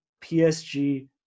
PSG